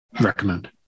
recommend